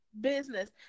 business